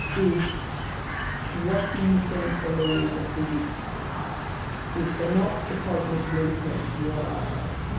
is what do you think the laws of physics if they're not the cosmic blueprint, what are they?